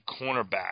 cornerback